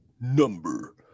number